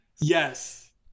Yes